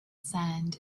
sand